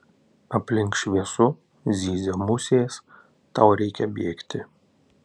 aplink šviesu zyzia musės tau reikia bėgti